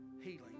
healing